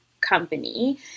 company